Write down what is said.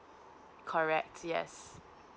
correct yes